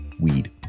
weed